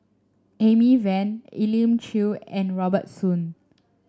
Amy Van Elim Chew and Robert Soon